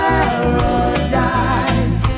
Paradise